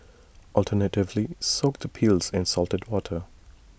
alternatively soak the peels in salted water